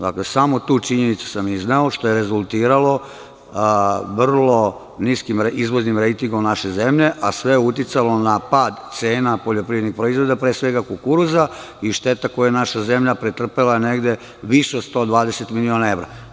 Dakle, samo tu činjenicu sam izneo, što je rezultiralo vrlo niskim izvoznim rejtingom naše zemlje, a sve je uticalo na pad cena poljoprivrednih proizvoda, pre svega kukuruza i šteta koju je naša zemlja pretrpela je više od 120 miliona evra.